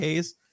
Ks